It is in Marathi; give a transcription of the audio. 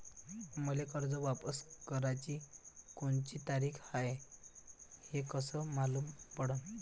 मले कर्ज वापस कराची कोनची तारीख हाय हे कस मालूम पडनं?